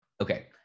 Okay